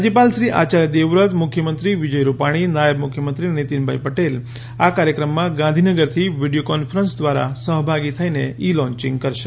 રાજ્યપાલ શ્રી આયાર્ય દેવવ્રત મુખ્યમંત્રી વિજયરૂપાણી નાયબ મુખ્યમંત્રી નીતિનભાઇ પટેલ આ કાર્યક્રમોમાં ગાંધીનગરથી વિડીયો કોન્ફરન્સ દ્વારા સહભાગી થઇનેઇ લોન્યીંગ કરશે